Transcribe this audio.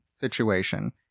situation